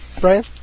Brian